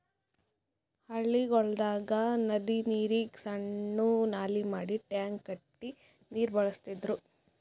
ಹಳ್ಳಿಗೊಳ್ದಾಗ್ ನದಿ ನೀರಿಗ್ ಸಣ್ಣು ನಾಲಿ ಮಾಡಿ ಟ್ಯಾಂಕ್ ಕಟ್ಟಿ ನೀರ್ ಬಳಸ್ತಿದ್ರು